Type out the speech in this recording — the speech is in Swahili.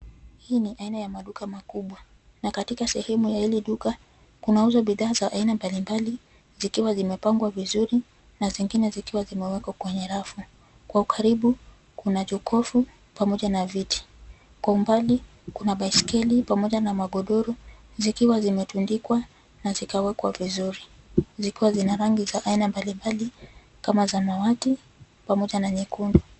Hii ni aina ya maduka makubwa na katika sehemu ya hili duka kunauzwa bidhaa za aina mbali mbali zikiwa zimepangwa vizuri na zingine zikiwa zimewekwa kwenye rafu. Kwa ukaribu kuna jokofu pamoja na viti. Kwa umbali kuna baiskeli pamoja na magodoro zikiwa zimetundikwa na zikawekwa vizuri, zikiwa zina rangi za aina mbali mbali kama samawati pamoja na nyekundu.